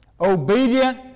obedient